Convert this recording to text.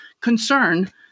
concern